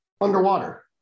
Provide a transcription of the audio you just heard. underwater